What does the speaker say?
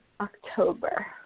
October